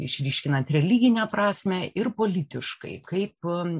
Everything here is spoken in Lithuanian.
išryškinat religinę prasmę ir politiškai kaip